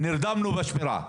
נרדמנו בשמירה.